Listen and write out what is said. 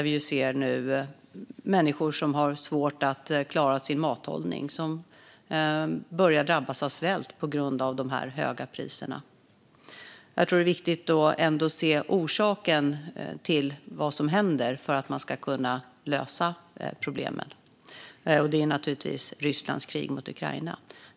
Vi ser nu hur människor har svårt att klara sin mathållning och börjar drabbas av svält på grund av de höga priserna. Jag tror ändå att det är viktigt att se orsaken till vad som händer för att man ska kunna lösa problemen, och det är naturligtvis Rysslands krig mot Ukraina.